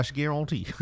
guarantee